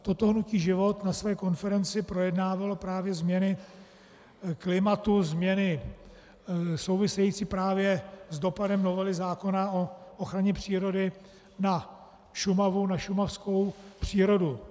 Toto Hnutí Život na své konferenci projednávalo právě změny klimatu, změny související právě s dopadem novely zákona o ochraně přírody na Šumavu, na šumavskou přírodu.